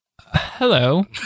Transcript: Hello